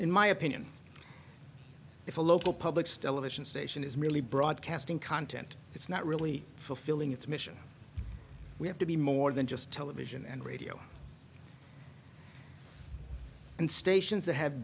in my opinion if a local public still edition station is really broadcasting content it's not really fulfilling its mission we have to be more than just television and radio and stations that ha